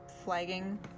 flagging